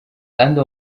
kandi